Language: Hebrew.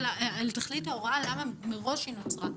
ולמה מראש היא נוצרה.